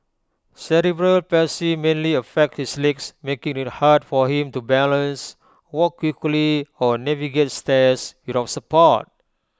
cerebral palsy mainly affects his legs making IT hard for him to balance walk quickly or navigate stairs without support